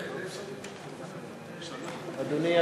אדוני.